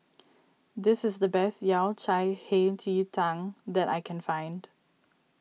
this is the best Yao Cai Hei Ji Tang that I can find